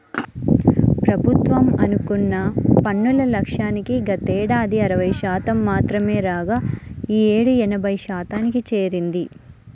ప్రభుత్వం అనుకున్న పన్నుల లక్ష్యానికి గతేడాది అరవై శాతం మాత్రమే రాగా ఈ యేడు ఎనభై శాతానికి చేరింది